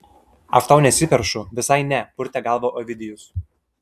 aš tau nesiperšu visai ne purtė galvą ovidijus